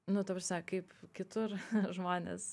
nu ta prasme kaip kitur žmonės